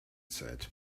said